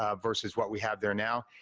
ah versus what we have there now.